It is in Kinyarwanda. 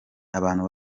abantu